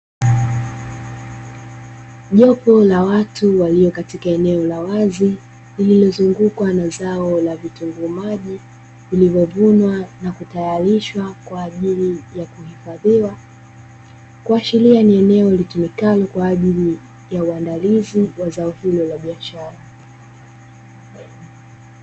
Jopo la watu walio katika eneo la wazi, lililozungukwa na zao la vitunguu maji, vilivyovunwa na kutayarishwa kwa ajili ya kuhifadhiwa, kuashiria ni eneo litumikalo kwa ajili ya uandalizi wa zao hilo la biashara.